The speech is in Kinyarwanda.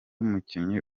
mukinnyi